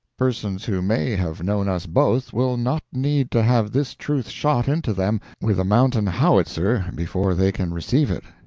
persons who may have known us both will not need to have this truth shot into them with a mountain howitzer before they can receive it.